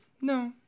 no